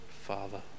Father